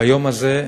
ביום הזה,